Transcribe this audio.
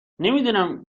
نمیدونم